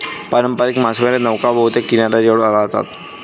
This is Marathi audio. पारंपारिक मासेमारी नौका बहुतेक किनाऱ्याजवळ राहतात